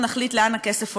נחליט לאן הכסף הולך.